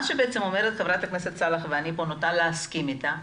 מה שאומרת ח"כ סאלח ואני נוטה להסכים איתה,